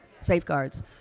safeguards